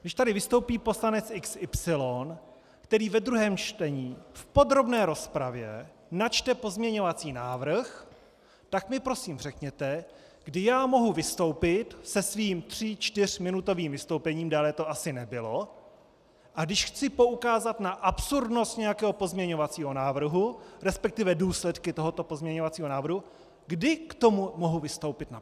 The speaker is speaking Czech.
Když tady vystoupí poslanec XY, který ve druhém čtení v podrobné rozpravě načte pozměňovací návrh, tak mi prosím řekněte, kdy já mohu vystoupit se svým tří čtyřminutovým vystoupením, déle to asi nebylo, a když chci poukázat na absurdnost nějakého pozměňovacího návrhu, respektive důsledky tohoto pozměňovacího návrhu, kdy k tomu mohu vystoupit na plénu?